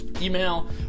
email